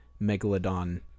Megalodon